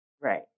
Right